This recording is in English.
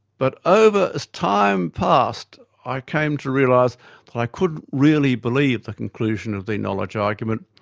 but over. as time passed, i came to realise that i couldn't really believe the conclusion of the knowledge argument,